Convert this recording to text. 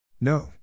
No